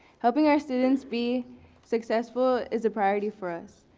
helping our students be successful is a priority for us.